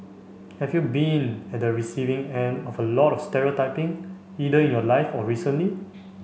have you been at the receiving end of a lot of stereotyping either in your life or recently